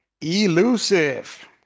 Elusive